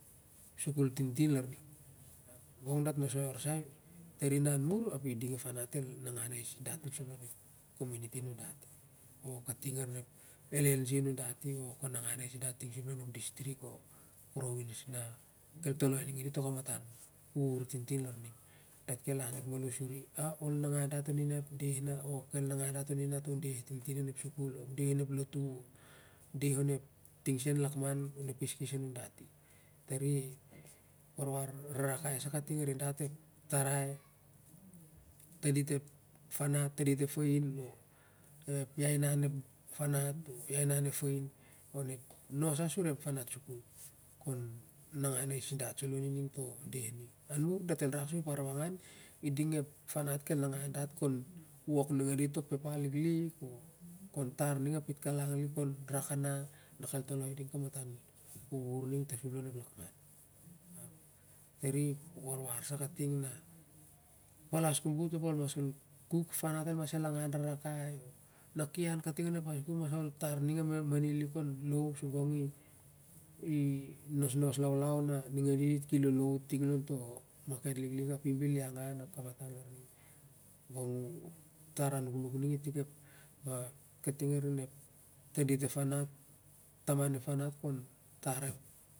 Sikul tintin larning ap gong dat nosoi orsei tar i nan mur ao i ding ep farat el nangan ais dat ting sup lon ep community nundati o kating arin ep llg nundati o ken nangan ais dat ting sup lon ep distinct o ting sup lon ep province na kel toloi i to k a matan uhur an mur dat kel am lik malo suri o ol nangan dat an i da ep deh na o kel i nangan dat oni na to deh tintin onep sukul ep deh onep lotu ep deh onep ting lakman onep keskes nun dati. Tari ep warwar ar rarakai sa kating arin dat ep tarai ep tandit ep farat o tandit ep fain ep iainan ep farat suku i kon nangan ais dat salo on i toh deh ning na dat rak sur ep arnangan i ding ep farat kel nan gan ais dat on i ningteh deh ning lar ep wok nig an toh papa liklik o kon tar ning a pit kalang lik na kel toloi i ding kamatan uhur tasup lon ep lakman ep tari ep warwar sa kating na ol palas ko bot ap ol mai kuk farat elmas el angaa revakai o na ki an kating onep high school ol tar ning a mani lik arin koh low ep sah ni rak suri